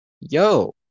yo